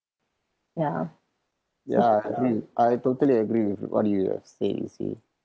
ya ya agree I totally agree with you what you're saying you see